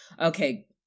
Okay